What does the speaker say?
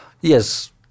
Yes